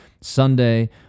Sunday